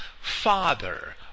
father